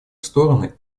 стороны